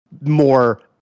more